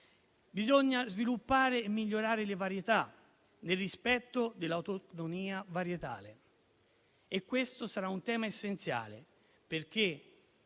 bisogna sviluppare e migliorare le varietà, nel rispetto dell'autonomia varietale. Questo sarà un tema essenziale, perché